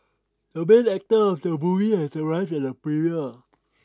the main actor of the movie has arrived at the premiere